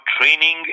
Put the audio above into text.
training